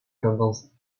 tendance